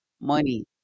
money